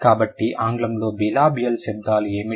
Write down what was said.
కాబట్టి ఆంగ్లంలో బిలాబియల్ శబ్దాలు ఏమిటి